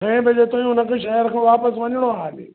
छएं बजे तुईं हुनखे शहेर खां वापिसि वञिणो आहे आगे